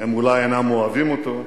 הם אולי אינם אוהבים אותו,